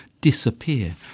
disappear